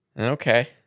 Okay